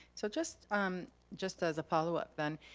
so just um just as a followup then,